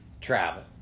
travel